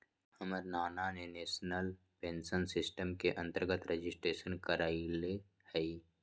हमर नना ने नेशनल पेंशन सिस्टम के अंतर्गत रजिस्ट्रेशन करायल हइ